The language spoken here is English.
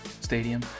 Stadium